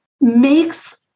makes